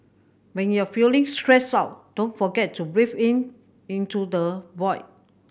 when you are feeling stressed out don't forget to breathe in into the void